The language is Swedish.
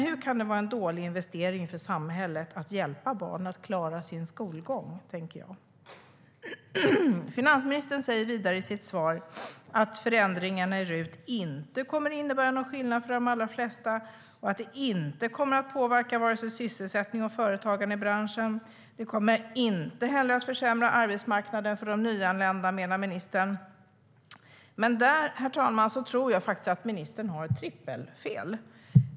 Hur kan det vara en dålig investering för samhället att hjälpa barn att klara sin skolgång? undrar jag. Finansministern säger vidare i sitt svar att förändringarna i RUT för de allra flesta inte kommer att innebära någon skillnad och att det inte kommer att påverka vare sig sysselsättning eller företagande i branschen. Det kommer inte heller att försämra arbetsmarknaden för de nyanlända, menar ministern. Men där tror jag, herr talman, att ministern gör ett trippelfel.